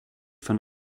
von